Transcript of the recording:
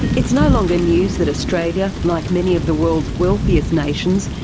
it's no longer news that australia, like many of the world's wealthiest nations,